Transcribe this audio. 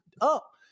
up